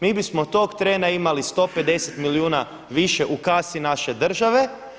Mi bismo tog trena imali 150 milijuna više u kasi naše države.